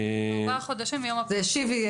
שיבי,